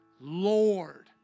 Lord